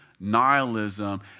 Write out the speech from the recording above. nihilism